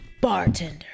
Bartender